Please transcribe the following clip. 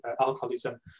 alcoholism